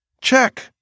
Check